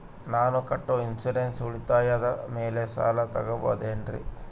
ನಾನು ಕಟ್ಟೊ ಇನ್ಸೂರೆನ್ಸ್ ಉಳಿತಾಯದ ಮೇಲೆ ಸಾಲ ತಗೋಬಹುದೇನ್ರಿ?